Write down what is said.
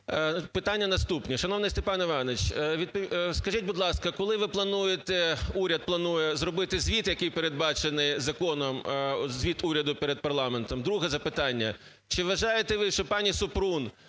Питання наступні. Шановний Степан Іванович, скажіть, будь ласка, коли ви плануєте, уряд планує зробити звіт, який передбачений законом, звіт уряду перед парламентом? Друге запитання. Чи вважаєте ви, що пані Супрун,